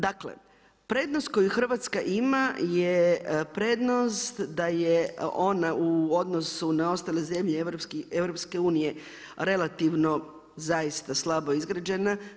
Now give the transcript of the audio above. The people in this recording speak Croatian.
Dakle, prednost koju Hrvatska ima je prednost da je ona u odnosu na ostale zemlje EU relativno zaista slabo izgrađena.